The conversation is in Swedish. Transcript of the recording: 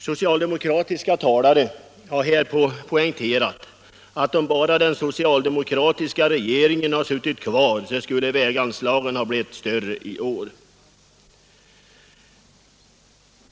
Socialdemokratiska talare har här sagt att om bara den socialdemokratiska regeringen suttit kvar, så skulle väganslagen ha blivit större i år.